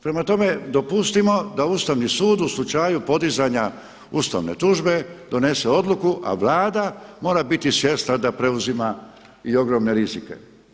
Prema tome dopustimo da Ustavni sud u slučaju podizanja ustavne tužbe donese odluku a Vlada mora biti svjesna da preuzima i ogromne rizike.